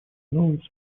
новый